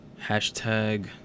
hashtag